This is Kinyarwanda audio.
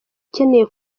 ikeneye